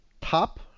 Top